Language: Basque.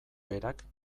berak